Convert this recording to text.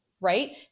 right